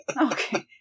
Okay